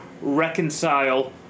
reconcile